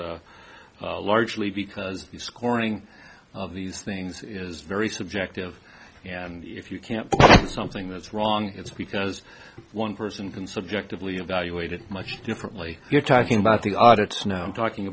largely because the scoring of these things is very subjective and if you can't something that's wrong it's because one person can subjectively evaluate it much differently you're talking about the audits now i'm talking